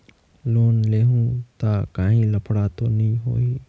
Loan लेहूं ता काहीं लफड़ा तो नी होहि?